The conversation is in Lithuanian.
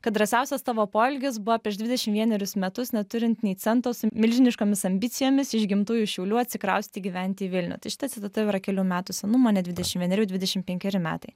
kad drąsiausias tavo poelgis buvo prieš dvidešimt vienerius metus neturint nei cento su milžiniškomis ambicijomis iš gimtųjų šiaulių atsikraustyt gyventi į vilnių tai šita citata yra kelių metų senumo ne dvidešimt vieneri dvidešimt penkeri metai